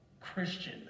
Christian